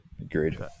Agreed